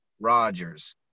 Rodgers